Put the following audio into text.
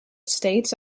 states